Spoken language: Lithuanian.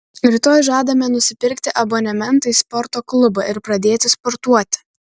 rytoj žadame nusipirkti abonementą į sporto klubą ir pradėti sportuoti